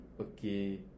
Okay